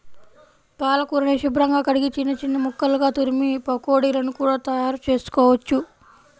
పాలకూరని శుభ్రంగా కడిగి చిన్న చిన్న ముక్కలుగా తురిమి పకోడీలను కూడా తయారుచేసుకోవచ్చు